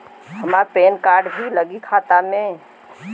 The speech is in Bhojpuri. हमार पेन कार्ड भी लगी खाता में?